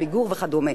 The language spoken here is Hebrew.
"עמיגור" וכדומה.